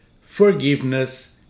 forgiveness